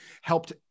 helped